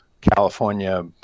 California